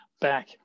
back